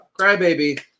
Crybaby